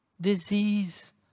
Disease